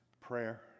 Prayer